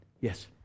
Yes